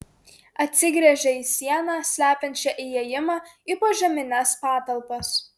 atsigręžė į sieną slepiančią įėjimą į požemines patalpas